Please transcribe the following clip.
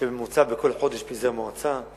שבממוצע בכל חודש פיזר מועצה,